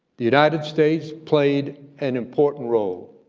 the united states played an important role,